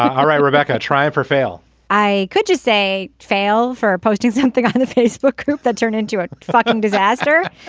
all right rebecca try and for fail i could you say fail for posting something on the facebook group that turned into a fucking disaster.